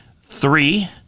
Three